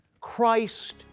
Christ